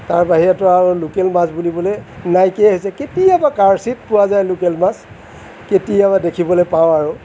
তাৰ বাহিৰতে আৰু লোকেল মাছ বুলিবলৈ নাইকিয়াই হৈছে কেতিয়াবা কাৰচিত পোৱা যায় লোকেল মাছ কেতিয়াবা দেখিবলৈ পাওঁ আৰু